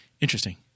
interesting